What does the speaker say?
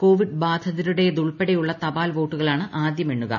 Covid ബാധിതരുടേതുൾപ്പെടെയുള്ള തപാൽവോട്ടുകളാണ് ആദ്യം എണ്ണുക